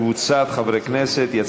וקבוצת חברי הכנסת, קריאה ראשונה.